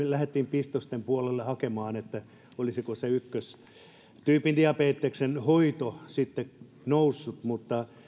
lähdettiin pistosten puolelta hakemaan tai olisiko se ykköstyypin diabeteksen hoito sitten noussut mutta